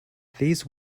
these